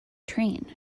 train